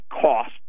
cost